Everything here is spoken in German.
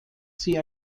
sie